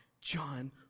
John